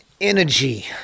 energy